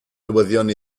newyddion